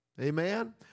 Amen